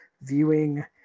viewing